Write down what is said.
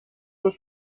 were